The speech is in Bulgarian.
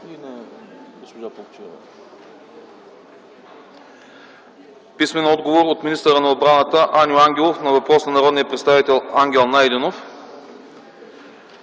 Великов; - от министъра на отбраната Аню Ангелов на въпрос от народния представител Ангел Найденов;